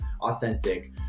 authentic